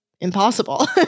impossible